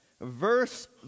verse